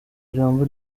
ijambo